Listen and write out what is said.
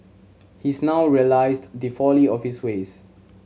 he's now realised the folly of his ways